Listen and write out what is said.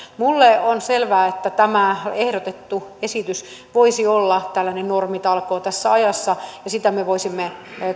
minulle on selvää että tämä ehdotettu esitys voisi olla tällainen normitalkoo tässä ajassa ja sitä me voisimme